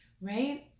right